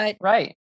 Right